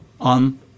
on